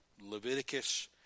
Leviticus